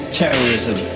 terrorism